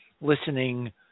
listening